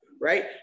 right